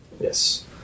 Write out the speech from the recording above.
Yes